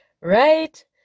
Right